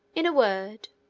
in a word,